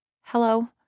Hello